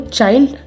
Child